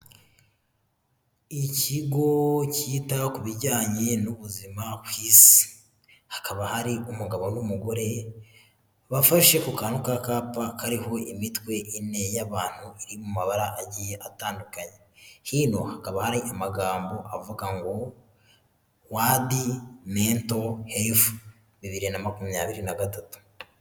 Ikigo cyita ku bijyanye n'ubuzima bwiza kw’isi hakaba hari umugabo n'umugore bafashe kukantu k'akapa kariho imitwe ine y'abantu iri mu mabara agiye atandukanye hino hakaba hari amagambo avuga ngo world mental health bibiri na makumyabiri n’agatatu.